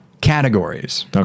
categories